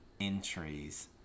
entries